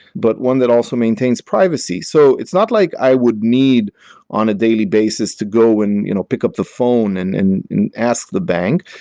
but one that also maintains privacy. so it's not like i would need on a daily basis to go and you know pick up the phone and and ask the bank.